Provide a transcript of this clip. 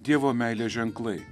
dievo meilės ženklai